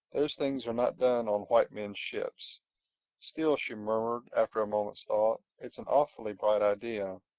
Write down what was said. those things are not done on white men's ships still, she murmured after a moment's thought, it's an awfully bright idea.